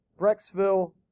Brexville